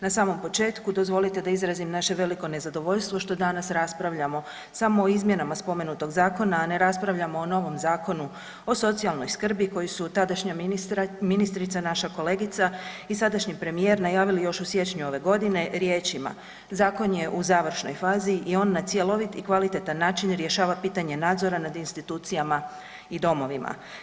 Na samom početku, dozvolite da izrazim naše veliko nezadovoljstvo što danas raspravljamo samo o izmjenama spomenutog zakona, a ne raspravljamo o novom Zakonu o socijalnoj skrbi koji su tadašnjica ministrica, naša kolegica i sadašnji premijer najavili još u siječnju ove godine riječima, zakon je u završnoj fazi i on na cjelovit i kvalitetan način rješava pitanje nadzora nad institucijama i domovima.